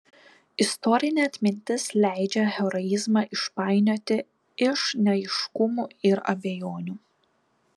istorinė atmintis leidžia heroizmą išpainioti iš neaiškumų ir abejonių